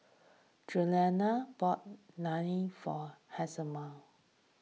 Juliann bought Naan for Hjalmar